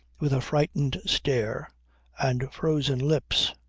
with a frightened stare and frozen lips.